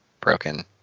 broken